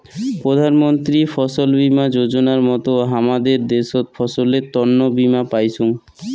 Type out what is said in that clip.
প্রধান মন্ত্রী ফছল বীমা যোজনার মত হামাদের দ্যাশোত ফসলের তন্ন বীমা পাইচুঙ